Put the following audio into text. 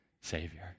Savior